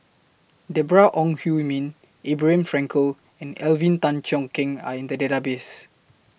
Deborah Ong Hui Min Abraham Frankel and Alvin Tan Cheong Kheng Are in The Database